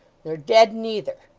nor dead neither.